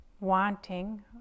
Wanting